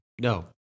No